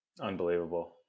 Unbelievable